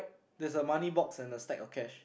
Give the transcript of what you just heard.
there's a money box and a stash of cash